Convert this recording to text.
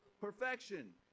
perfection